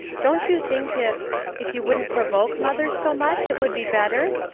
don't you think if if you wouldn't provoke mother so much it would be better?